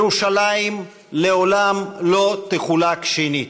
ירושלים לעולם לא תחולק שנית.